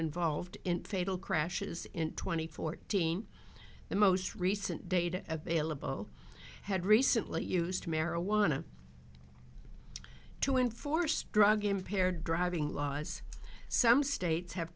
involved in fatal crashes in two thousand and fourteen the most recent data available had recently used marijuana to enforce drug impaired driving laws some states have